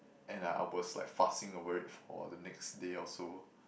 and I I was like fussing over it for the next day or so